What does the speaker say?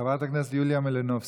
חברת הכנסת יוליה מלינובסקי,